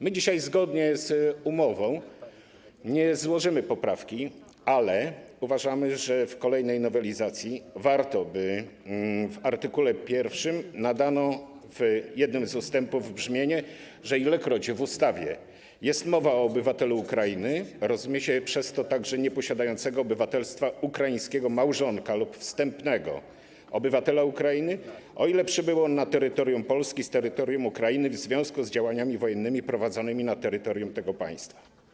My dzisiaj, zgodnie z umową, nie złożymy poprawki, ale uważamy, że w kolejnej nowelizacji warto, aby w art. 1 nadano w jednym z ustępów brzmienie, że ilekroć w ustawie jest mowa o obywatelu Ukrainy, rozumie się przez to także nieposiadającego obywatelstwa ukraińskiego małżonka lub wstępnego obywatela Ukrainy, o ile przybył on na terytorium Polski z terytorium Ukrainy w związku z działaniami wojennymi prowadzonymi na terytorium tego państwa.